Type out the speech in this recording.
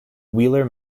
wheeler